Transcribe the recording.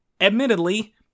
Admittedly